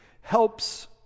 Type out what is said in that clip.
helps